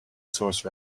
source